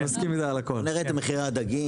נראה את מחירי הדגים.